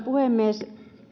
puhemies